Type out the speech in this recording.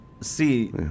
See